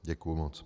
Děkuji moc.